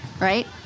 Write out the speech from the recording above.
Right